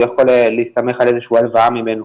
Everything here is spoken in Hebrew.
הוא יכול להסתמך על איזה שהיא הלוואה ממנו